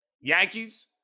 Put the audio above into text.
Yankees